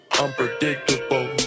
unpredictable